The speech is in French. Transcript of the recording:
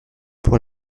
pour